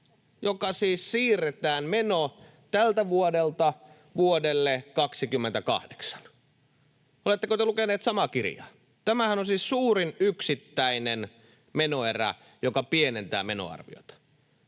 joka siis siirretään, meno, tältä vuodelta vuodelle 28. Oletteko te lukeneet samaa kirjaa? Tämähän on suurin yksittäinen menoerä, joka pienentää menoarviota.